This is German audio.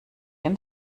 dem